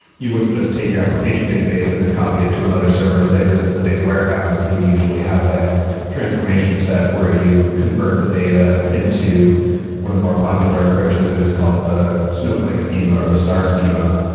you wouldn't just take your application database and then copy it to another server and say, this is the data warehouse. you'd usually have that transformation step where you convert the data into one of the more popular approaches, is called the snowflake scheme are the star schema.